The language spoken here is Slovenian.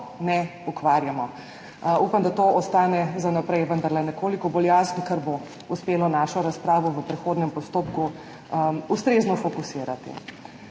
ne ukvarjamo. Upam, da to ostane za naprej vendarle nekoliko bolj jasno, ker bo uspelo našo razpravo v prihodnjem postopku ustrezno fokusirati.